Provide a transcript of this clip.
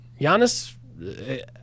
Giannis